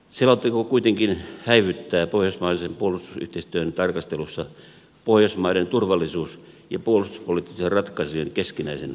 selonteko kuitenkin häivyttää pohjoismaisen puolustusyhteistyön tarkastelussa pohjoismaiden turvallisuus ja puolustuspoliittisten ratkaisujen keskinäiset erot